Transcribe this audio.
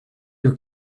your